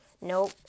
nope